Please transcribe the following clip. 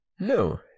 No